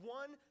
one